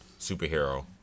superhero